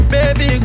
Baby